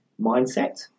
mindset